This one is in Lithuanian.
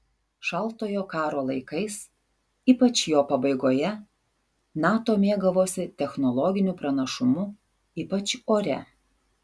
šaltojo karo laikais ypač jo pabaigoje nato mėgavosi technologiniu pranašumu ypač ore